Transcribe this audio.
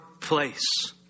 place